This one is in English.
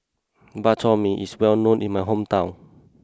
Bak Chor Mee is well known in my hometown